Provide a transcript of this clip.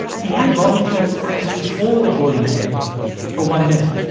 he had volunteers actually hold a bowling pin for one minute.